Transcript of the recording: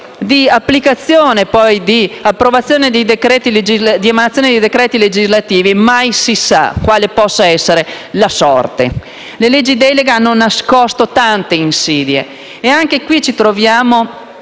di applicazione e di emanazione dei decreti legislativi mai si sa quale possa essere la sorte. Le leggi delega hanno nascosto tante insidie e anche qui ci troviamo